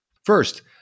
First